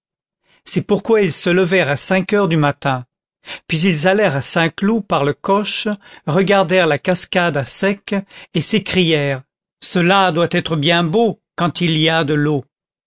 c'est pourquoi ils se levèrent à cinq heures du matin puis ils allèrent à saint-cloud par le coche regardèrent la cascade à sec et s'écrièrent cela doit être bien beau quand il y a de l'eau